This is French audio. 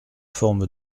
forme